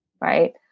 right